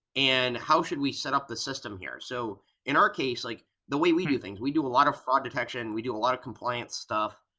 and how should we set up the system here? so in our case, like the way we do things we do a lot of fraud detection, we do a lot of compliance stuff.